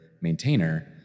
maintainer